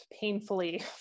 painfully